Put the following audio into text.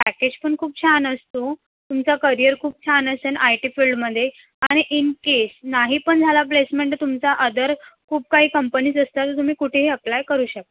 package पण खूप छान असतो तुमचा करिअर खूप छान असेन आय टी फिल्डमध्ये आणि इन केस नाही पण झाला प्लेसमेंट तर तुमचा अदर खूप काही कंपनीज असतात तुम्ही कुठेही अप्लाय करू शकता